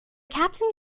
captain